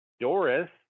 Doris